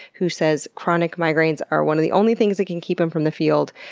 who says chronic migraines are one of the only things that can keep him from the field,